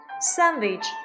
Sandwich